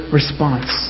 response